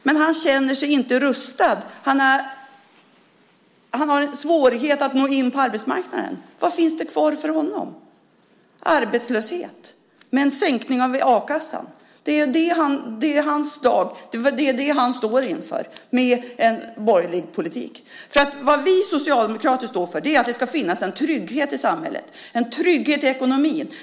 Men han känner sig inte rustad. Han har svårighet att nå in på arbetsmarknaden. Vad finns det kvar för honom? Arbetslöshet, med en sänkning av a-kassan? Det är det han står inför med en borgerlig politik. Det vi socialdemokrater står för är att det ska finnas en trygghet i samhället, en trygghet i ekonomin.